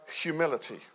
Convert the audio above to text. humility